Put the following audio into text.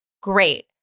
great